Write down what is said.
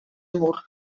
mur